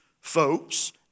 folks